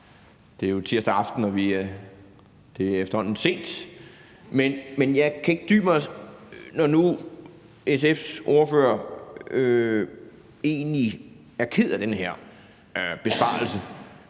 det jo er tirsdag aften og efterhånden sent, men jeg kan ikke dy mig, når nu SF's ordfører egentlig er ked af den her besparelse